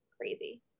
crazy